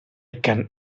can